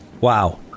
Wow